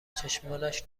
چشمانش